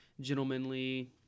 gentlemanly